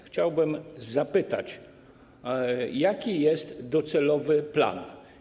Chciałbym zapytać, jaki jest docelowy plan.